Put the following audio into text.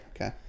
Okay